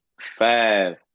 five